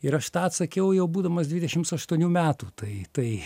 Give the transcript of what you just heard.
ir aš tą atsakiau jau būdamas dvidešimt aštuonių metų tai tai